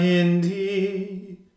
indeed